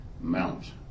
mount